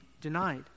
denied